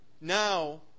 Now